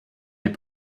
est